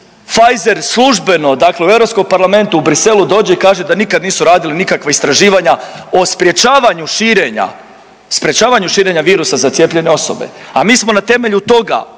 Pfizer službeno dakle u Europskom parlamentu u Bruxellesu dođe i kaže da nikad nisu radili nikakva istraživanja o sprječavanju širenja, sprječavanju širenja virusa za cijepljene osobe. A mi smo na temelju toga,